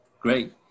great